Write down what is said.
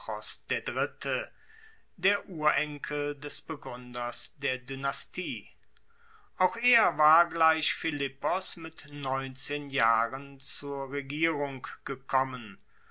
der dritte der urenkel des begruenders der dynastie auch er war gleich philippos mit neunzehn jahren zur regierung gekommen